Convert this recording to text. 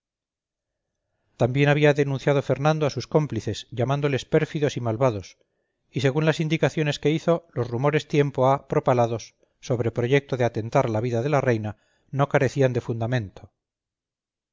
también había denunciado fernando a sus cómplices llamándoles pérfidos y malvados y según las indicaciones que hizo los rumores tiempo há propalados sobre proyecto de atentar a la vida de la reina no carecían de fundamento